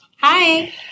Hi